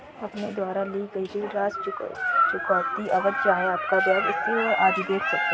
अपने द्वारा ली गई ऋण राशि, चुकौती अवधि, चाहे आपका ब्याज स्थिर हो, आदि देख सकते हैं